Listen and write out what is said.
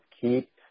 Keep